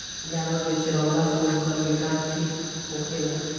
जानवर के चरवला से उनकर विकास ठीक होखेला